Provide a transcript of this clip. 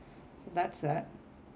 that's that